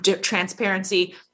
transparency